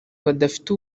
badafite